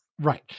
Right